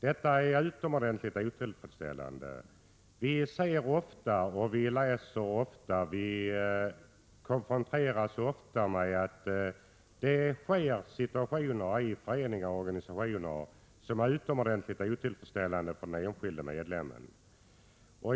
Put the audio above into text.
Detta är utomordentligt otillfredsställande. Vi konfronteras ofta med det faktum att det inträffar situationer i föreningar och organisationer som är utomordentligt otillfredsställande för den enskilde medlemmen.